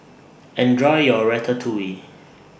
Enjoy your Ratatouille